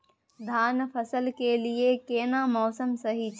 धान फसल के लिये केना मौसम सही छै?